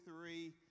three